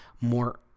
more